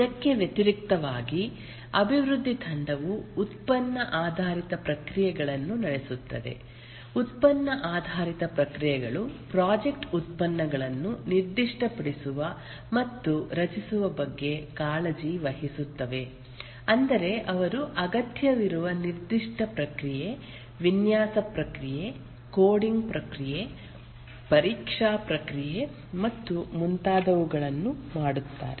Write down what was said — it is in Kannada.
ಇದಕ್ಕೆ ವ್ಯತಿರಿಕ್ತವಾಗಿ ಅಭಿವೃದ್ಧಿ ತಂಡವು ಉತ್ಪನ್ನ ಆಧಾರಿತ ಪ್ರಕ್ರಿಯೆಗಳನ್ನು ನಡೆಸುತ್ತದೆ ಉತ್ಪನ್ನ ಆಧಾರಿತ ಪ್ರಕ್ರಿಯೆಗಳು ಪ್ರಾಜೆಕ್ಟ್ ಉತ್ಪನ್ನಗಳನ್ನು ನಿರ್ದಿಷ್ಟಪಡಿಸುವ ಮತ್ತು ರಚಿಸುವ ಬಗ್ಗೆ ಕಾಳಜಿ ವಹಿಸುತ್ತವೆ ಅಂದರೆ ಅವರು ಅಗತ್ಯವಿರುವ ನಿರ್ದಿಷ್ಟ ಪ್ರಕ್ರಿಯೆ ವಿನ್ಯಾಸ ಪ್ರಕ್ರಿಯೆ ಕೋಡಿಂಗ್ ಪ್ರಕ್ರಿಯೆ ಪರೀಕ್ಷಾ ಪ್ರಕ್ರಿಯೆ ಮತ್ತು ಮುಂತಾದವುಗಳನ್ನು ಮಾಡುತ್ತಾರೆ